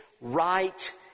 right